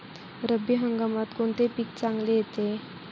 रब्बी हंगामात कोणते पीक चांगले येते?